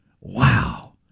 wow